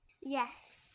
yes